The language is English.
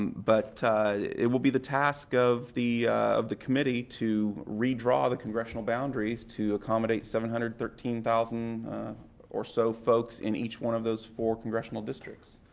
but it will be the task of the of the committee to redraw the congressional boundaries to accommodate seven hundred and thirteen thousand or so folks in each one of those four congressional districts.